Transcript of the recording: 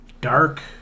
dark